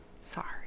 Sorry